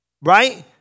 right